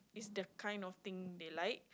it's the kind of thing they like